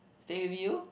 stay with you